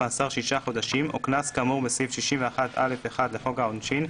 מאסר שישה חודשים או קנס כאמור בסעיף 61(א)(1) לחוק העונשין,